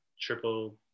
triple